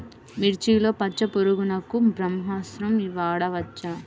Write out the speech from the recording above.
మిర్చిలో పచ్చ పురుగునకు బ్రహ్మాస్త్రం వాడవచ్చా?